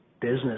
business